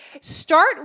start